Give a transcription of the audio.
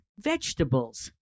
vegetables